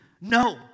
no